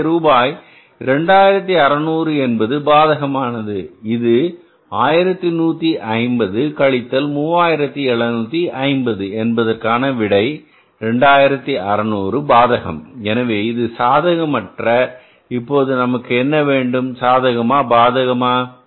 எனவே ரூபாய் 2600 என்பது பாதகமானது இது 1150 கழித்தல் 3750 என்பதற்கான விடை 2600 பாதகம் எனவே இது சாதகமற்ற இப்போது நமக்கு என்ன வேண்டும் சாதகமா பாதகமா